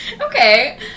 okay